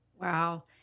Wow